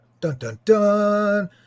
Dun-dun-dun